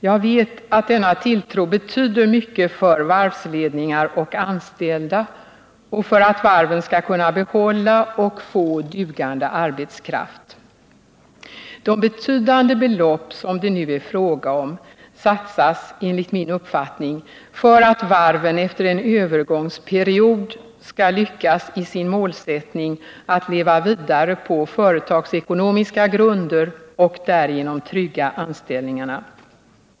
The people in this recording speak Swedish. Jag vet att denna tilltro betyder mycket för varvsledningar och anställda och för att varven skall kunna behålla och få dugande arbetskraft. De betydande belopp som det nu är fråga om, satsas enligt min uppfattning för att varven efter en övergångsperiod skall lyckas i sin målsättning att leva vidare på företagsekonomiska grunder och därigenom trygga anställningarna.